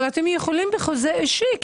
אתם יכולים בחוזה אישי.